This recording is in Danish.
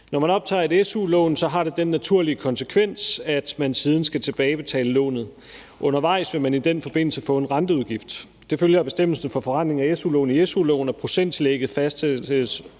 Når man optager et su-lån, har det den naturlige konsekvens, at man siden skal tilbagebetale lånet. Undervejs vil man i den forbindelse få en renteudgift. Det følger af bestemmelsen om forrentning af su-lån i su-loven, og procenttillægget fastsættes årligt